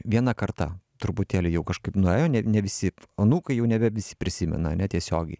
viena karta truputėlį jau kažkaip nuėjo ne ne visi anūkai jau nebe visi prisimena ane tiesiogiai